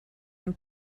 and